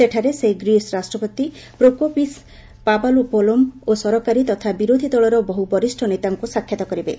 ସେଠାରେ ସେ ଗ୍ରୀସ୍ ରାଷ୍ଟ୍ରପତି ପ୍ରୋକୋପିସ୍ ପାବଲୋପୋଲମ ଓ ସରକାରୀ ତଥା ବିରୋଧୀ ଦଳର ବହୁ ବରିଷ୍ଣ ନେତାଙ୍କୁ ସାକ୍ଷାତ କରିବେ